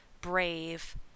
brave